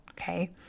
okay